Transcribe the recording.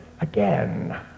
again